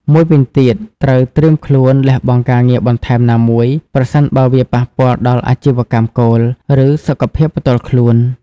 មួយវិញទៀតត្រូវត្រៀមខ្លួនលះបង់ការងារបន្ថែមណាមួយ ប្រសិនបើវាប៉ះពាល់ដល់អាជីពគោល ឬសុខភាពផ្ទាល់ខ្លួន។